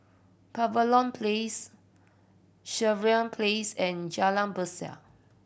Pavilion Place Sireh Place and Jalan Berseh